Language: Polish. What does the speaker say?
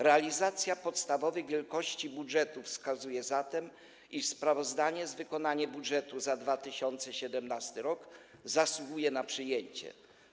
Realizacja podstawowych wielkości budżetu wskazuje zatem, iż sprawozdanie z wykonania budżetu za 2017 r. zasługuje na przyjęcie.